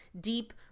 deep